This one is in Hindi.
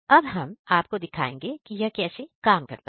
अब हम आपको दिखाएंगे कि यह कैसे काम करता है